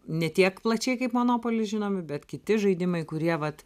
ne tiek plačiai kaip monopolį žinomi bet kiti žaidimai kurie vat